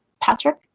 Patrick